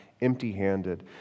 empty-handed